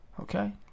Okay